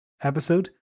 episode